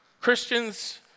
Christians